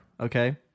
okay